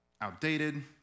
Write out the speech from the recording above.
outdated